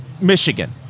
Michigan